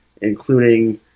including